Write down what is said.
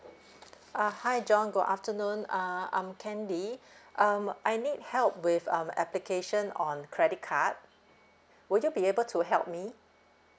uh hi john good afternoon uh I'm candy um I need help with um application on credit card would you be able to help me